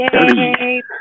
Yay